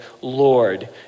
Lord